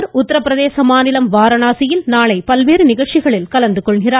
நரேந்திரமோடி உத்தரப்பிரதேச மாநிலம் வாரணாசியில் நாளை பல்வேறு நிகழ்ச்சிகளில் கலந்து கொள்கிறார்